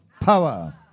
power